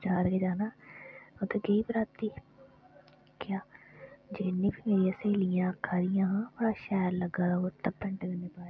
बजार केह् जाना उत्थै गेई बराती दिक्खेआ जे मेरियां स्हेलियां आखा दियां हां बड़ा शैल लगा दा कुर्ता पैंट कन्नै पाए दा कन्नै